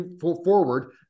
forward